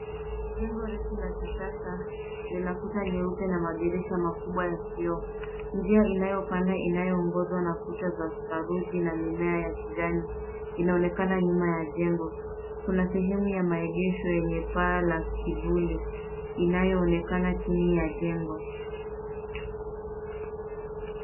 Jengo refu la kisasa lina kuta nyeupe na madirisha makubwa ya kioo. Njia inayopanda inayoongozwa na kuta za saruji na mimea ya kijani inaonekana nyuma ya jengo. Kuna sehemu ya maegesho yenye paa la kivuli inayoonekana chini ya jengo.